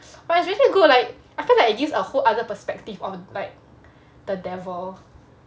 but it's really good like I feel like it gives a whole other perspective of like the devil